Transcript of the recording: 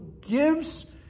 gives